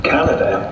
Canada